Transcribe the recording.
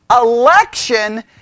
Election